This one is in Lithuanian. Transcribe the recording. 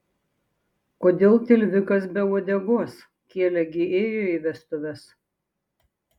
kodėl tilvikas be uodegos kielė gi ėjo į vestuves